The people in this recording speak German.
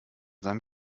seinem